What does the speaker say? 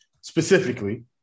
specifically